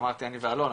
אמרתי אני ואלון,